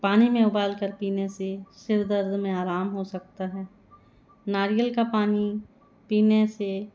पानी में उबालकर पीने से सिरदर्द में आराम हो सकता है नारियल का पानी पीने से